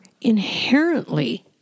inherently